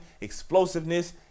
explosiveness